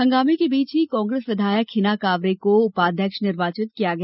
हंगामें के बीच ही कांग्रेस विधायक हिना कांवरे को उपाध्यक्ष निर्वाचित किया गया